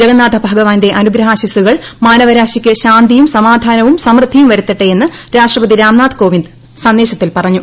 ജഗന്നാഥ ഭഗവാന്റെ അനുഗ്രഹാശിസ്സുകൾ മാനവ രാശിയ്ക്ക് ശാന്തിയും സമാധാനവും സമൃദ്ധിയും വരുത്തട്ടെ എന്ന് രാഷ്ട്രപതി രാംനാഥ് കോവിന്ദ് സന്ദേശത്തിൽ പറഞ്ഞു